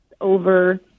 over